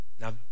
Now